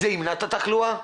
זה ימנע את התחלואה?